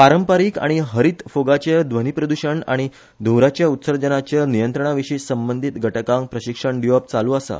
पारंपारीक आनी हरीत फोगाचे ध्वनीप्रद्षण आनी धुवराच्या उत्सर्जनाचेर नियंत्रणाविशी संबंधीत घटकांक प्रशिक्षण दिवप चालू आसा